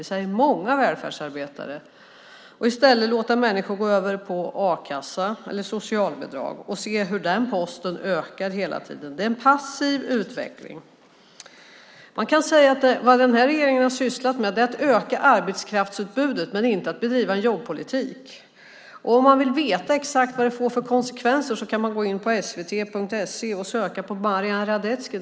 I stället låter man människor gå över på a-kassa och socialbidrag och ser hur den posten hela tiden ökar. Det är en passiv utveckling. Regeringen har sysslat med att öka arbetskraftsutbudet, inte bedriva jobbpolitik. Vill man veta vad det får för konsekvenser kan man gå in på svt.se och söka på Marian Radetzki.